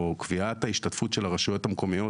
או קביעת ההשתתפות של הרשויות המקומיות,